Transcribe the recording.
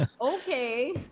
Okay